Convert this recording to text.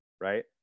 right